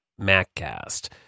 maccast